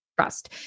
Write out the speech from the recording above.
trust